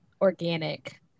organic